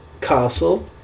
castle